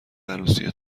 عروسی